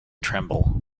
tremble